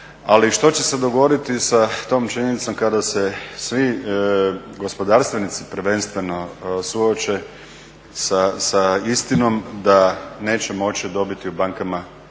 Ali što će se dogoditi sa tom činjenicom kada se svi gospodarstvenici prvenstveno suoče sa istinom da nećemo moći dobiti u bankama